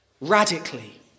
radically